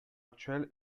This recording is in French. actuel